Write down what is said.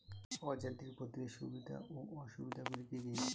অযান্ত্রিক পদ্ধতির সুবিধা ও অসুবিধা গুলি কি কি?